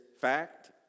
fact